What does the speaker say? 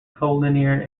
collinear